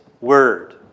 word